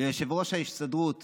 ליושב-ראש ההסתדרות